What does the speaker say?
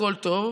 והכול טוב,